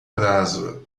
prazo